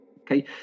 Okay